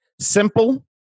Simple